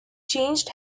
changed